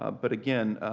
ah but again,